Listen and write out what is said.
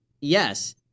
yes –